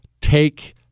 take